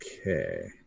Okay